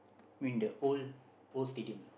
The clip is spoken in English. win the old old stadium lah